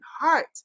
heart